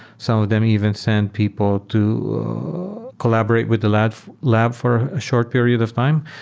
some of them even send people to collaborate with the lab lab for a short period of time.